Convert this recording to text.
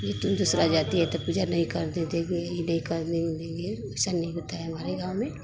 कि तुम दूसरा जाती है तो पूजा नहीं करने देंगे ई नहीं करने देंगे ऐसा नहीं होता है हमारे गाँव में